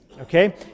okay